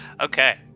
Okay